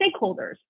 stakeholders